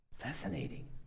Fascinating